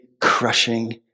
crushing